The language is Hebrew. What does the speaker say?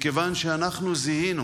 מכיוון שאנחנו זיהינו